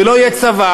ולא יהיה צבא,